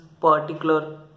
particular